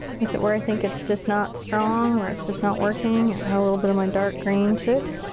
look at where i think it's just not strong, where it's just not working, and add a little bit of my dark green to it.